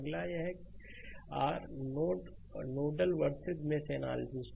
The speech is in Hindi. स्लाइड समय देखें 1819 अगला है कि आर नोडल वर्सेज मेश एनालिसिस